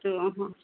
जो हाँ